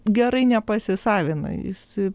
gerai nepasisavina jis